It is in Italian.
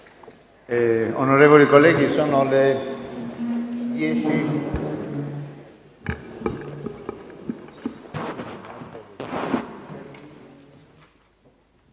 Onorevoli colleghi, sono le ore